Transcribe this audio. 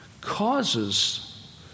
causes